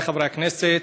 חבריי חברי הכנסת,